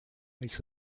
makes